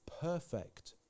perfect